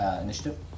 Initiative